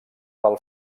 del